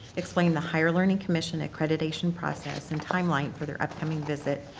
explained the higher learning commission accreditation process and time line for their upcoming visit,